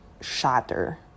shatter